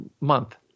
month